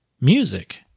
music